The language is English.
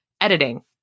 editing